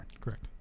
Correct